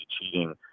cheating